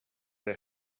they